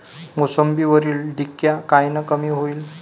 मोसंबीवरील डिक्या कायनं कमी होईल?